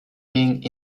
being